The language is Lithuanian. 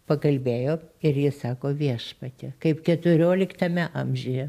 pakalbėjo ir jis sako viešpatie kaip keturioliktame amžiuje